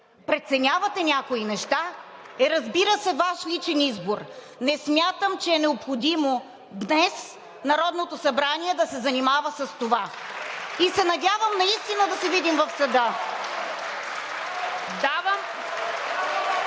преценявате някои неща, е, разбира се, Ваш личен избор. Не смятам, че е необходимо днес Народното събрание да се занимава с това. И се надявам наистина да се видим в съда.